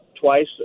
twice